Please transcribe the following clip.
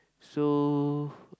so